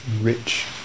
rich